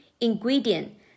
ingredient